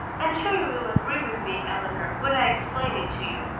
am sure you will agree with me, eleanor, when i explain it to you.